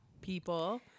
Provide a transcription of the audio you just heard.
people